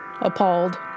appalled